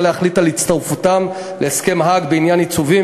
להחליט על הצטרפותה להסכם האג בעניין עיצובים,